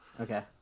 Okay